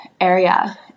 area